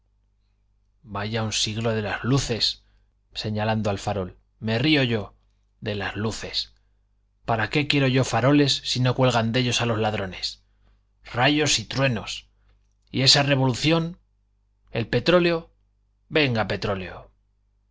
vaya un siglo de las luces señalando al farol me río yo de las luces para qué quiero yo faroles si no cuelgan de ellos a los ladrones rayos y truenos y esa revolución el petróleo venga petróleo